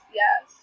yes